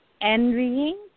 envying